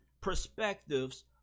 perspectives